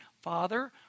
Father